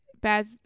bad